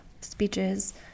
speeches